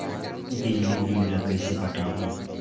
बिजली बिल ल कइसे पटाहूं?